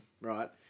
right